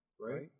right